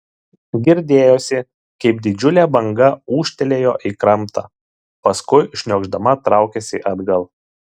girdėjosi kaip didžiulė banga ūžtelėjo į krantą paskui šniokšdama traukėsi atgal